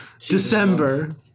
December